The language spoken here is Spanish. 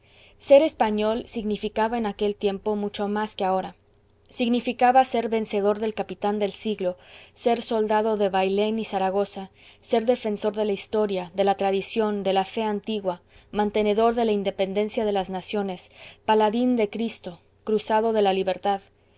ser español significaba en aquel tiempo mucho más que ahora significaba ser vencedor del capitán del siglo ser soldado de bailén y zaragoza ser defensor de la historia de la tradición de la fe antigua mantenedor de la independencia de las naciones paladín de cristo cruzado de la libertad